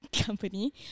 company